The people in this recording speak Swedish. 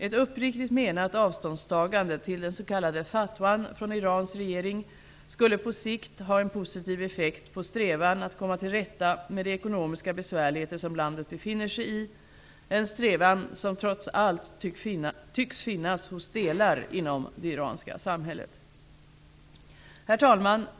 Ett uppriktigt menat avståndstagande till den s.k. fatwan från Irans regering skulle på sikt ha en positiv effekt på strävan att komma till rätta med de ekonomiska besvärligheter som landet befinner sig i, en strävan som trots allt tycks finnas hos delar inom det iranska samhället. Herr talman!